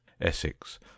Essex